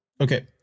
Okay